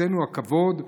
אצלנו הכבוד למורשת,